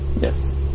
Yes